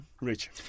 Rich